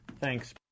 Thanks